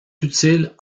utiles